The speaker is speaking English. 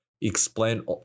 explain